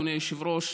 אדוני היושב-ראש,